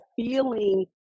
feeling